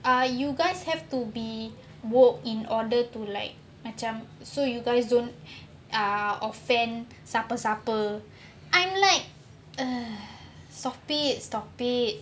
are you guys have to be woke in order to like macam so you guys don't ah offend siapa-siapa I'm like ugh stop it stop it